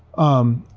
um,